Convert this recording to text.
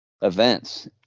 events